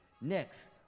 next